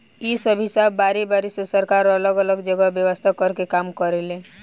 इ सब हिसाब बारी बारी से सरकार अलग अलग जगह व्यवस्था कर के काम करेले